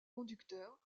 conducteurs